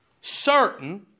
certain